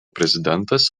prezidentas